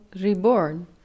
reborn